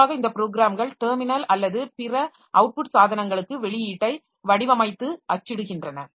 பொதுவாக இந்த ப்ரோக்ராம்கள் டெர்மினல் அல்லது பிற அவுட் புட் சாதனங்களுக்கு வெளியீட்டை வடிவமைத்து அச்சிடுகின்றன